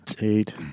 Eight